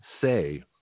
say